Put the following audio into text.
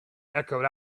echoed